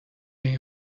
این